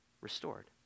restored